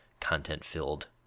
content-filled